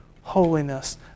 holiness